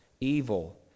evil